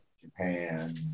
Japan